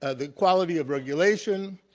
ah the quality of regulation,